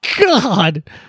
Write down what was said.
God